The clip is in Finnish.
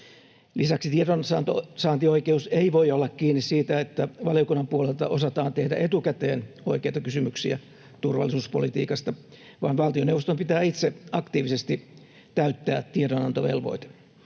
Lisäksi tiedonsaantioikeus ei voi olla kiinni siitä, että valiokunnan puolelta osataan tehdä etukäteen oikeita kysymyksiä turvallisuuspolitiikasta, vaan valtioneuvoston pitää itse aktiivisesti täyttää tiedonantovelvoite.